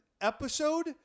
episode